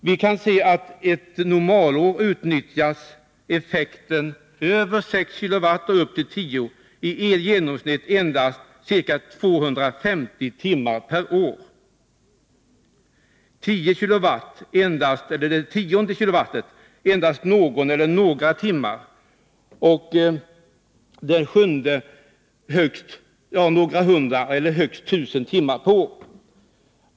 Vi kan se att under ett normalår utnyttjas effekter över 6 kW och upp till 10 kW i genomsnitt endast 250 timmar per år, den tionde kilowatten endast någon eller några timmar och den sjunde några hundra eller högst 1 000 timmar per år.